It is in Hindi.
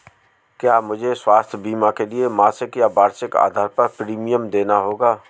क्या मुझे स्वास्थ्य बीमा के लिए मासिक या वार्षिक आधार पर प्रीमियम देना होगा?